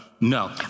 No